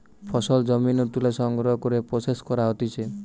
ফসল জমি নু তুলে সংগ্রহ করে প্রসেস করা হতিছে